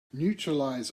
neutralize